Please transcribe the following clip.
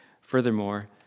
Furthermore